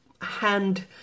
hand